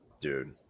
dude